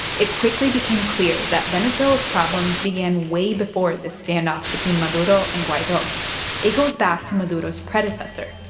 it quickly became clear that venezuela's problems began way before this standoff between maduro and guaido. it goes back to maduro's predecessor,